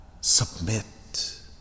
submit